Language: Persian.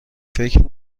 فکر